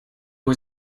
was